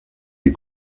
des